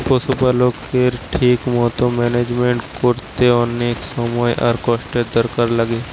পশুপালকের ঠিক মতো ম্যানেজমেন্ট কোরতে অনেক সময় আর কষ্টের দরকার লাগে